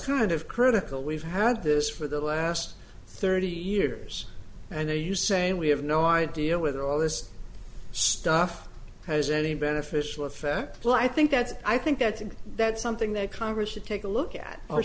kind of critical we've had this for the last thirty years and are you saying we have no idea whether all this stuff has any beneficial effect well i think that's i think that's and that's something that congress should take a look at our